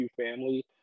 family